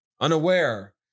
Unaware